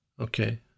Okay